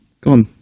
gone